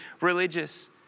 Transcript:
religious